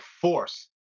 force